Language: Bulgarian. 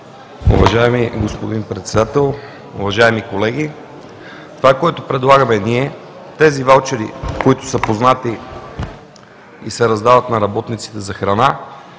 Уважаеми господин Председател, уважаеми колеги! Това, което предлагаме ние – тези ваучери, които са познати и се раздават на работниците за храна,